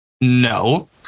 No